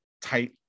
tight